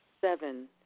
Seven